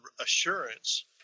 assurance